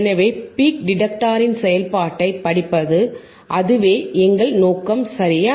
எனவே பீக் டிடெக்டரின் செயல்பாட்டைப் படிப்பது அதுவே எங்கள் நோக்கம் சரியா